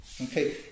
Okay